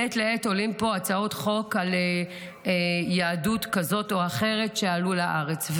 מעת לעת עולות לפה הצעות חוק על בני יהדות כזאת או אחרת שעלו לארץ.